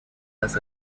als